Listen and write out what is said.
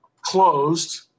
closed